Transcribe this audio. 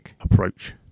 approach